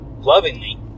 Lovingly